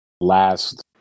last